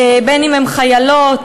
בין שהן חיילות,